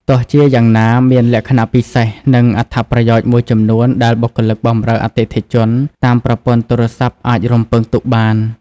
ទោះជាយ៉ាងណា មានលក្ខណៈពិសេស និងអត្ថប្រយោជន៍មួយចំនួនដែលបុគ្គលិកបម្រើអតិថិជនតាមប្រព័ន្ធទូរស័ព្ទ អាចរំពឹងទុកបាន។